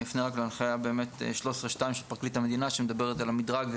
אני אפנה רק להנחיה באמת 13(2) של פרקליט המדינה שמדברת על המדרג,